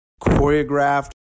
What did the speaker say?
choreographed